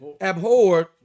abhorred